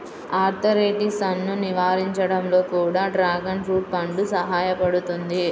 ఆర్థరైటిసన్ను నివారించడంలో కూడా డ్రాగన్ ఫ్రూట్ పండు సహాయపడుతుంది